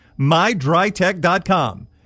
MyDryTech.com